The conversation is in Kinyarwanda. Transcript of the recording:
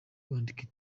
wandike